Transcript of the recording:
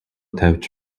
тавьж